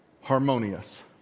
harmonious